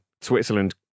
Switzerland